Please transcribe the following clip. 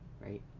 right